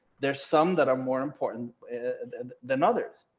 there's some that are more important than others.